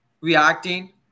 reacting